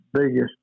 biggest